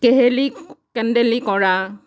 কেহেলী কেন্দেলী কৰা